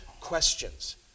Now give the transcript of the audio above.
questions